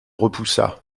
repoussa